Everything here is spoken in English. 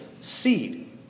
seed